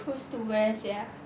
cruise to where sia